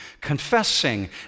confessing